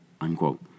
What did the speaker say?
unquote